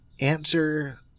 Answer